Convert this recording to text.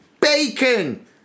Bacon